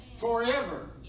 Forever